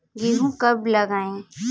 गेहूँ कब लगाएँ?